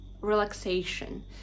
relaxation